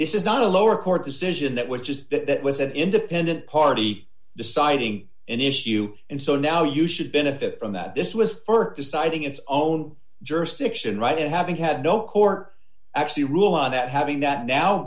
is not a lower court decision that which is that that was an independent party deciding an issue and so now you should benefit from that this was deciding its own jurisdiction right and having had no court actually rule on that having that now